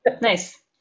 Nice